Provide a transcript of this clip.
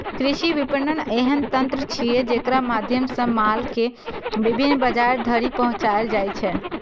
कृषि विपणन एहन तंत्र छियै, जेकरा माध्यम सं माल कें विभिन्न बाजार धरि पहुंचाएल जाइ छै